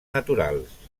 naturals